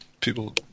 people